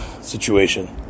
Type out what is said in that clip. situation